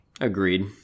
Agreed